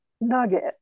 nugget